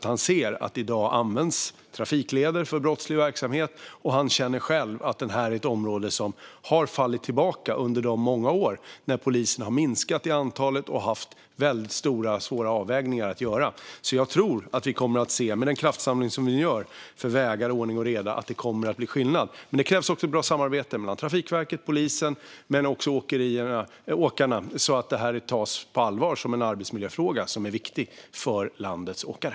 Han ser att i dag används trafikledare för brottslig verksamhet, och han känner själv att detta är ett område som har fått stå tillbaka under de många år då poliserna har minskat i antal och har haft stora och svåra avvägningar att göra. Med den kraftsamling som vi nu gör för vägar och ordning och reda tror jag att vi kommer att se en skillnad. Det kräver dock också ett bra samarbete mellan Trafikverket, polisen och åkarna så att detta tas på allvar och tas som en viktig arbetsmiljöfråga för landets åkare.